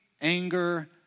anger